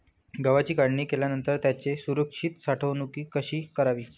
गव्हाची काढणी केल्यानंतर त्याची सुरक्षित साठवणूक कशी करावी?